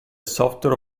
software